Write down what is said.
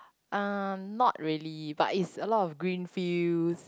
um not really but it's a lot of green fields